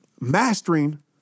mastering